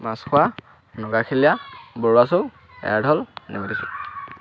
মাছখোৱা নগাখিলীয়া বৰুৱা চুক এৰাধল নিমতী চুক